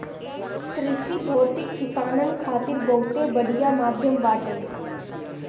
कृषि भौतिकी किसानन खातिर बहुत बढ़िया माध्यम बाटे